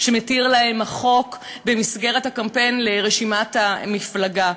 שמתיר להם החוק במסגרת הקמפיין לרשימת המפלגה,